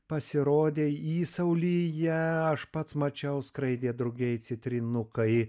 pasirodė įsaulyje ją aš pats mačiau skraidė drugiai citrinukai